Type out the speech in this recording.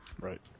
Right